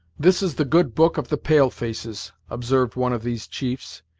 this is the good book of the pale-faces, observed one of these chiefs,